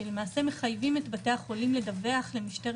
שלמעשה מחייבים את בתי החולים לדווח למשטרת